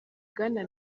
bwana